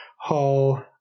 Hall